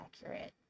accurate